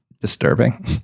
disturbing